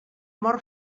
mor